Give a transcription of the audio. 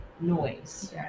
noise